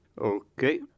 Okay